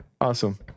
Awesome